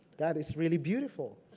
that is really beautiful.